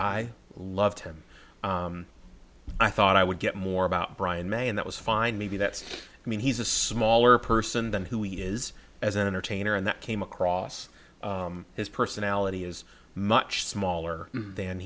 loved him i thought i would get more about brian may and that was fine maybe that's i mean he's a smaller person than who he is as an entertainer and that came across his personality is much smaller than